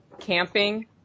camping